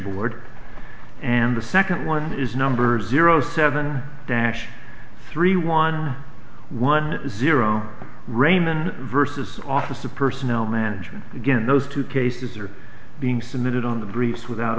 board and the second one is numbers zero seven dash three one one zero raymond versus office of personnel management again those two cases are being submitted on the briefs without